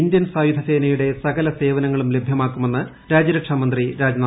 Indian സായുധസേനയുടെ സകല സേവനങ്ങളും ലഭൃമാക്കുമെന്ന് രാജൃരക്ഷാമന്ത്രി രാജ്നാഥ് സിങ്